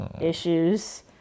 issues